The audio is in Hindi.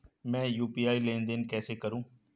मैं यू.पी.आई लेनदेन कैसे करूँ?